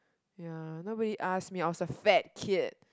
ya nobody ask me I was a fat kid